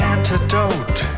Antidote